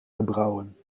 gebrouwen